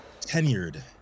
tenured